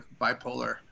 bipolar